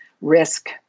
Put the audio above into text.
risk